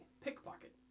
pickpocket